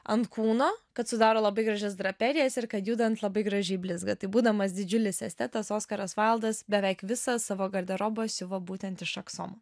ant kūno kad sudaro labai gražias draperijas ir kad judant labai gražiai blizga tai būdamas didžiulis estetas oskaras vaildas beveik visą savo garderobą įsiuvo būtent iš aksomo